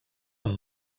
amb